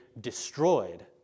destroyed